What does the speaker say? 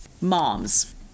moms